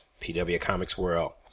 pwcomicsworld